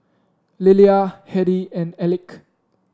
Lillia Hedy and Elick